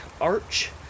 arch